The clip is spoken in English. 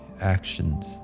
actions